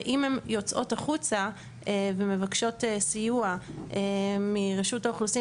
ואם הן יוצאות החוצה ומבקשות סיוע מרשות האוכלוסין